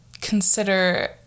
consider